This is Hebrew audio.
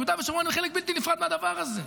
יהודה ושומרון הם חלק בלתי נפרד מהדבר הזה.